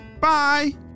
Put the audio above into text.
Bye